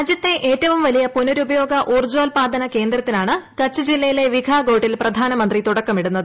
രാജ്യത്തെ ഏറ്റവും വലിയ പുനരുപയോഗ ഊർജോൽപാദന കേന്ദ്രത്തിനാണ് കച്ച് ജില്ലയിലെ വിഖാഗോട്ടിൽ പ്രധാനമന്ത്രി തുട ക്കമിടുന്നത്